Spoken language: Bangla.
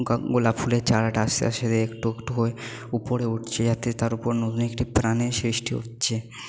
গোলাপ ফুলের চারাটা আস্তে আস্তে একটু একটু হয়ে উপরে উঠছে যাতে তার উপর অন্য একটি প্রাণের সৃষ্টি হচ্ছে